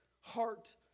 heart